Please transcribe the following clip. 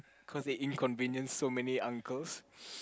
cause that inconvenienced so many uncles